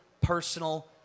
personal